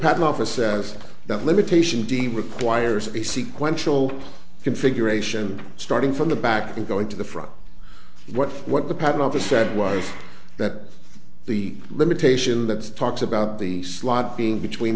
patent office says that limitation d requires a sequence full configuration starting from the back and going to the front what what the patent office said was that the limitation that talks about the slot being between